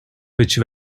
which